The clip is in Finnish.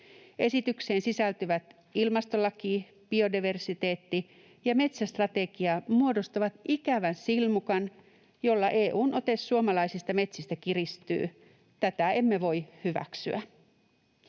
Esitykseen sisältyvät ilmastolaki sekä biodiversiteetti- ja metsästrategia muodostavat ikävän silmukan, jolla EU:n ote suomalaisista metsistä kiristyy. Tätä emme voi hyväksyä.